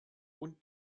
und